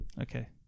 Okay